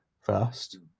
first